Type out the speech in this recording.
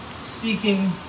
seeking